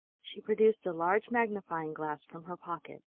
she produced a large magnifying-glass from her pocket.